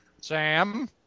Sam